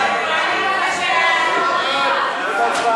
חברי הכנסת, בעד,